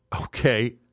Okay